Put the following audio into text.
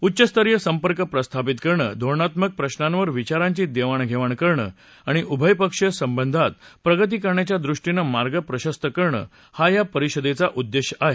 उच्च स्तरीय संपर्क प्रस्थापित करणं धोरणात्मक प्रशांवर विचारांची देवाणघेवाण करणं आणि उभय पक्षीय संबंधात प्रगती करण्याच्या दृष्टीनं मार्ग प्रशस्त करणं हा या परिषदेचा उद्देश आहे